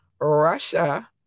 Russia